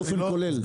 באופן כולל.